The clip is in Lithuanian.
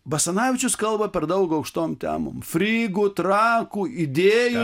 basanavičius kalba per daug aukštom temom frygų trakų įdėjų